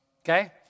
okay